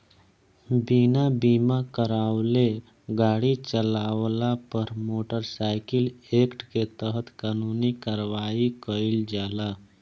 बिना बीमा करावले गाड़ी चालावला पर मोटर साइकिल एक्ट के तहत कानूनी कार्रवाई कईल जाला